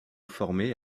formé